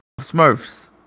Smurfs